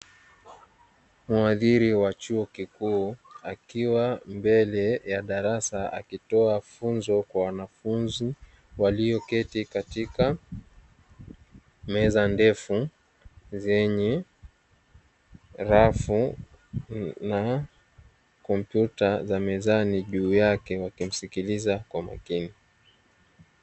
Mhadhiri wa chuo kikuu akiwa mbele ya darasa akitoa funzo kwa wanafunzi walioketi katika meza ndefu zenye rafu na kompyuta za mezani juu yake wakimsikiliza kwa makini.